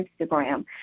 instagram